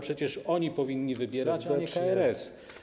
Przecież oni powinni wybierać, a nie KRS.